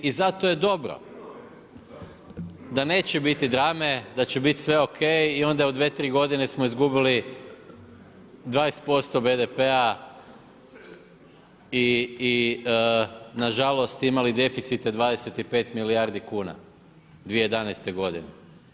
I zato je dobro da neće biti drame, da će biti sve OK i onda u 2, 3 godine smo izgubili 20% BDP-a i nažalost imali deficite 25 milijardi kuna 2011. godine.